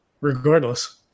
regardless